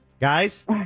Guys